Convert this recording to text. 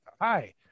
hi